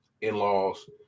in-laws